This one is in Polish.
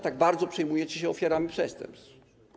Tak bardzo przejmujecie się ofiarami przestępstw.